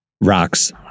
Rocks